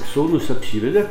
sūnus apsivedė